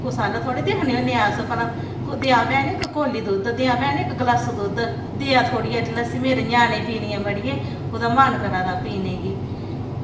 कुसै अल्ल थोह्ड़े दिक्खने होन्ने अस भला देआं भैन इक कोली दुद्ध देआं भैन इक ग्लासू दुद्ध देआं थोह्ड़ी हारी लस्सी मेरे ञ्याणें पीनी ऐ मड़िये ओह्दा मन करा दा पीने गी